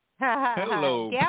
Hello